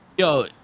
Yo